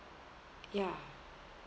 ya